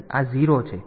તેથી આ 0 છે